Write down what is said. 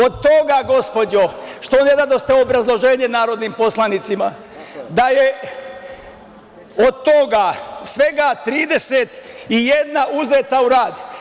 Od toga, gospođo, što ne dadoste obrazloženje narodnim poslanicima, da je od toga svega 31 uzeta u rad.